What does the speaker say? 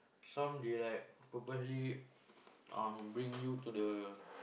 some they like purposely bring you to the